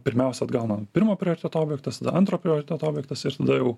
pirmiausia atgauna pirmo prioriteto objektas tada antro prioriteto objektas ir tada jau